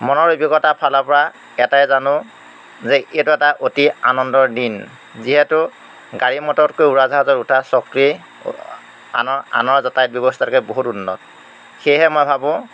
মনৰ অভিজ্ঞতা ফালৰপৰা এটাই জানো যে এইটো এটা অতি আনন্দৰ দিন যিহেতু গাড়ী মটৰতকৈ উৰাজাহাজত উঠা স্বকেই আনৰ আনৰ যাতায়ত ব্যৱস্থাতকৈ বহুত উন্নত সেয়েহে মই ভাবোঁ